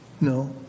No